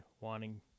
wanting